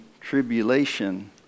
tribulation